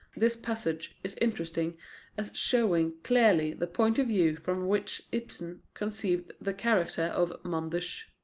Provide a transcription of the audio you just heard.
this passage is interesting as showing clearly the point of view from which ibsen conceived the character of manders.